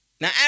Now